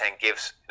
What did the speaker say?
gives